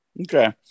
Okay